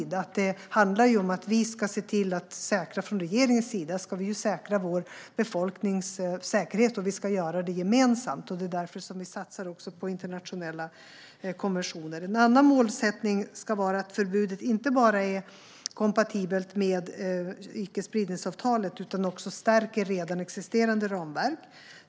Det handlar om att vi från regeringens sida ska säkra vår befolknings säkerhet. Vi ska göra det gemensamt. Det är därför vi satsar på internationella konventioner. En annan målsättning ska vara att förbudet inte bara är kompatibelt med icke-spridningsavtalet utan också stärker redan existerande ramverk.